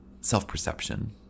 self-perception